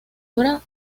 obra